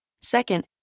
Second